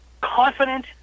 confident